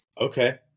Okay